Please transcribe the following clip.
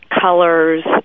colors